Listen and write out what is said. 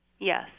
Yes